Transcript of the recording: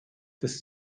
dass